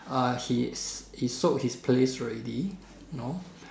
ah he he sold his place already know